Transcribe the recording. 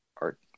art